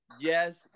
Yes